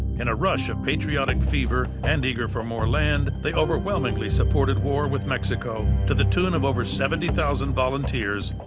in a rush of patriotic fever and eager for more land, they overwhelmingly supported war with mexico to the tune of over seventy thousand volunteers,